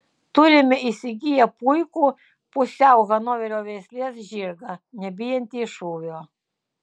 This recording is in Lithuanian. turime įsigiję puikų pusiau hanoverio veislės žirgą nebijantį šūvio